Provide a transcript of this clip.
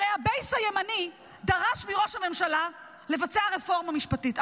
הרי הבייס הימני דרש מראש הממשלה לבצע רפורמה משפטית.